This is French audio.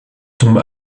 tombe